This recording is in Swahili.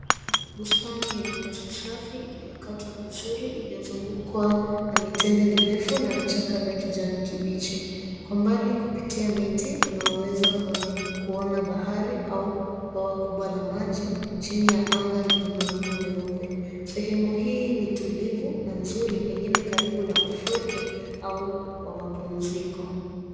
Bustani lenye nyasi safi zilizokatwa vizuri iliyozungukwa na mitende mirefu na vichaka vya kijani kibichi. Kwa umbali kupitia miti tunaweza kuona bahari au bwawa kubwa la maji chini ya anga yenye mawingu meupe. Sehemu hii ni tulivu na nzuri pengine karibu na ufukwe au wa mapumziko.